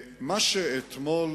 אתמול